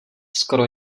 skoro